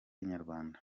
inyarwanda